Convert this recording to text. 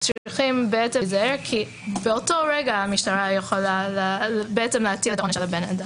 צריכים להיזהר כי באותו רגע המשטרה יכולה להטיל עונש על הבן אדם.